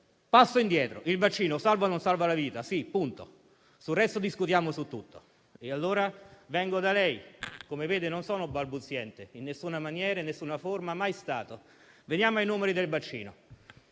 Passo indietro: il vaccino salva o non salva la vita? Sì, punto. Per il resto discutiamo su tutto. E allora vengo da lei. Come vede non sono balbuziente, in nessuna maniera e forma; non lo sono mai stato. Veniamo ai numeri del vaccino.